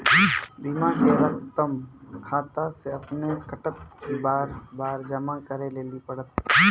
बीमा के रकम खाता से अपने कटत कि बार बार जमा करे लेली पड़त?